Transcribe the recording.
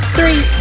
Three